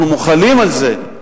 אנחנו מוחלים על זה,